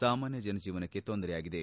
ಸಾಮಾನ್ಯ ಜನಜೀವನಕ್ಕೆ ತೊಂದರೆಯಾಗಿದೆ